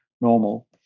normal